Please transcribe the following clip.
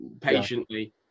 patiently